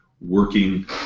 working